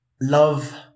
love